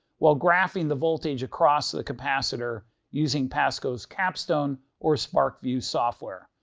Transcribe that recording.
while graphing the voltage across the capacitor using pasco's capstone or sparkvue software.